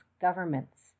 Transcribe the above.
governments